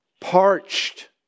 parched